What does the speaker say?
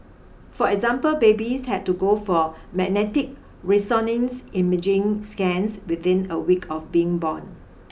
for example babies had to go for magnetic resonance imaging scans within a week of being born